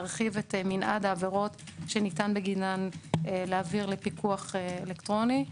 להרחיב את מנעד העבירות שניתן בגינן להעביר לפיקוח אלקטרוני.